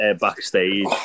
backstage